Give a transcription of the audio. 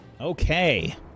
Okay